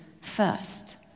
first